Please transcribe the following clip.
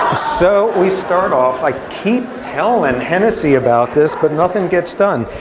so we start off. i keep telling and hennessy about this, but nothing gets done.